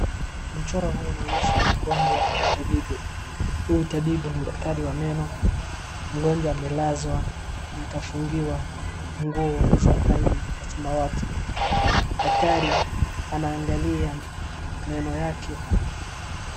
Mchoro huu unaonyesha mgonjwa na tabibu. Huyu tabibu ni daktari wa meno. Mgonjwa amelazwa na akafungiwa nguo za rangi ya samawati. Daktari anaangalia meno yake.